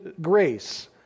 grace